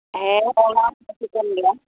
ᱦᱮᱸ ᱚᱱᱟᱦᱚᱸ ᱴᱷᱤᱠᱟᱹᱱ ᱜᱮᱭᱟ